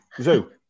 zoo